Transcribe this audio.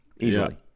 Easily